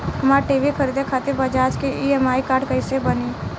हमरा टी.वी खरीदे खातिर बज़ाज़ के ई.एम.आई कार्ड कईसे बनी?